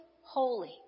holy